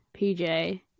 PJ